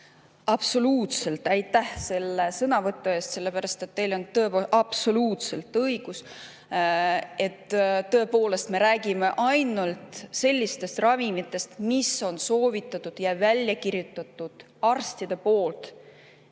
Absoluutselt. Aitäh selle sõnavõtu eest! Sellepärast et teil on absoluutselt õigus. Tõepoolest, me räägime ainult sellistest ravimitest, mida on soovitanud ja välja kirjutanud arstid.